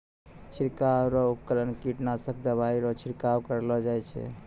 छिड़काव रो उपकरण कीटनासक दवाइ रो छिड़काव करलो जाय छै